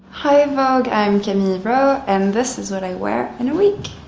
hi vogue, i'm camille rowe and this is what i wear in a week.